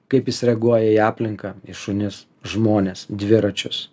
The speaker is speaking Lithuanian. kaip jis reaguoja į aplinką į šunis žmones dviračius